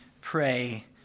pray